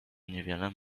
niewiele